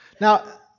Now